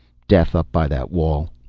death up by that wall.